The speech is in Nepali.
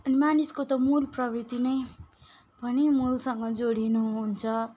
अनि मानिसको त मूल प्रवृत्ति नै भने मूलसँग जोडिनु हुन्छ